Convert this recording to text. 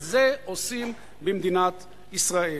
את זה עושים במדינת ישראל.